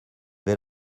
vais